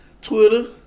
Twitter